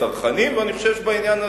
הצרכנים, ואני חושב שבעניין הזה,